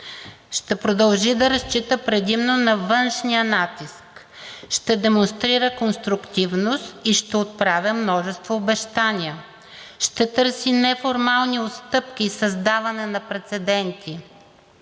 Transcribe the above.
ще продължи да разчита предимно на външния натиск; ще демонстрира конструктивност и ще отправя множество обещания; ще търси неформални отстъпки и създаване на прецеденти;